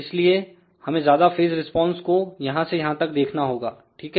इसलिए हमें ज्यादा फेस रिस्पांस को यहां से यहां तक देखना होगा ठीक है